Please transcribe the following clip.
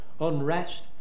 unrest